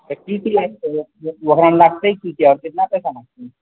तऽ की की लागतै ओकरामे लागतै की की आओर केतना पैसा लागतै